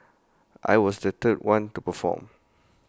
I was the third one to perform